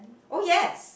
oh yes